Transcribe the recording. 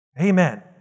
Amen